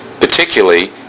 Particularly